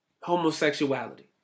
homosexuality